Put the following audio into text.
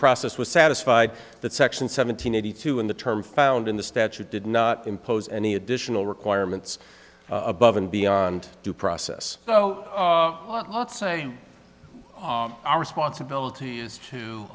process was satisfied that section seven hundred eighty two and the term found in the statute did not impose any additional requirements above and beyond due process so i would say our responsibility is to